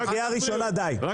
קריאה ראשונה לחבר הכנסת כלפון.